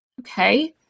okay